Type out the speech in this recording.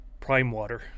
Primewater